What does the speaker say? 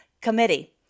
committee